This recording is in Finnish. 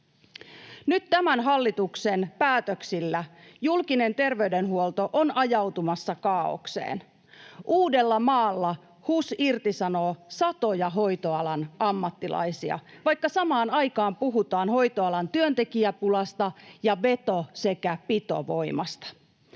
Nyt tämän hallituksen päätöksillä julkinen terveydenhuolto on ajautumassa kaaokseen. Uudellamaalla HUS irtisanoo satoja hoitoalan ammattilaisia, vaikka samaan aikaan puhutaan hoitoalan työntekijäpulasta ja veto- sekä pitovoimasta.